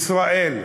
הישראלית.